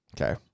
Okay